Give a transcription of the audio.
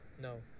No